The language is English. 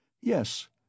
Yes